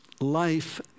life